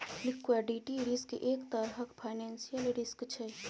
liquidity risk एक तरहक financial risk छै